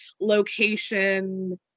location